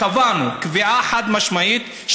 קבענו קביעה חד-משמעית,